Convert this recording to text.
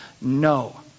no